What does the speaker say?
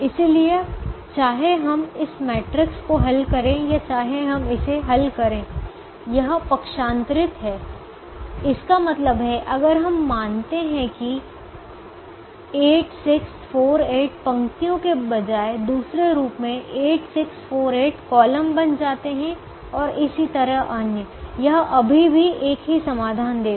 इसलिए चाहे हम इस मैट्रिक्स को हल करें या चाहे हम इसे हल करें यह पक्षांतरित है इसका मतलब है अगर हम मानते हैं कि 8 6 4 8 पंक्तियों के बजाय दूसरे रूप में 8 6 4 8 कॉलम बन जाते हैं और इसी तरह अन्य यह अभी भी एक ही समाधान देगा